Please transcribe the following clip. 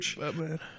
Batman